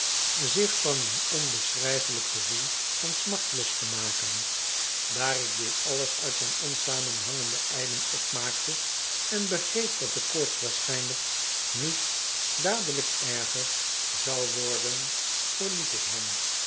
zich van een onbeschrijfelijk gevoel van smart los te maken daar ik dit alles uit zijn onsamenhangende ijlen opmaakte en begreep dat de koorts waarschijnlijk niet dadelijk erger zou worden verliet ik hem